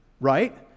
right